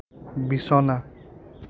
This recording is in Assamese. বিছনা